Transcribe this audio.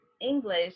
English